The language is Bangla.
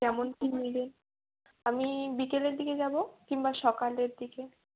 কেমন কী নেবেন আমি বিকেলের দিকে যাব কিংবা সকালের দিকে